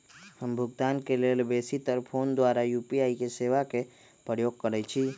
हम भुगतान के लेल बेशी तर् फोन द्वारा यू.पी.आई सेवा के प्रयोग करैछि